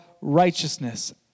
righteousness